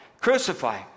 Crucify